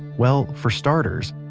well for starters,